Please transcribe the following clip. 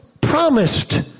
promised